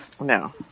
no